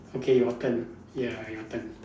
okay your turn ya your turn